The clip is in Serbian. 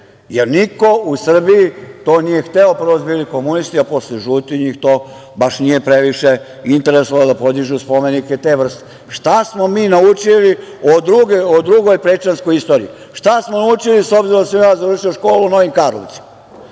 jer niko u Srbiji to nije hteo, prvo su bili komunisti, a posle žuti, njih to baš nije previše interesovalo da podižu spomenike te vrste. Šta smo mi naučili o drugoj prečanskoj istoriji? Šta smo naučili, s obzirom da sam ja školu završio u Novim Karlovcima?